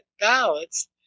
ballots